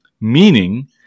Meaning